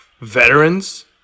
veterans